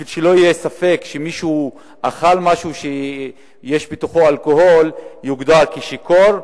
כדי שלא יהיה ספק שמי שאכל משהו שיש בתוכו אלכוהול יוגדר כשיכור.